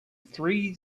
three